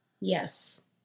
Yes